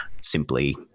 simply